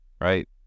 Right